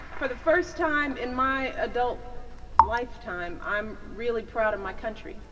for the first time in my adult lifetime, i'm really proud of my country,